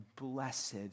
blessed